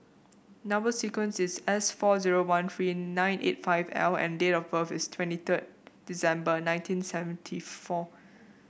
number sequence is S four zero one three nine eight five L and date of birth is twenty third December nineteen seventy four